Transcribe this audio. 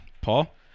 Paul